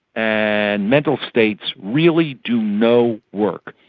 and mental states really do no work.